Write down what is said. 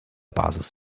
basis